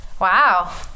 Wow